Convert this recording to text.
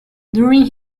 during